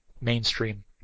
mainstream